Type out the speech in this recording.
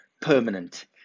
permanent